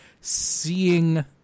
seeing